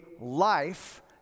life